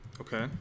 Okay